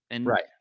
Right